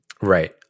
right